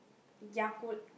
Yakult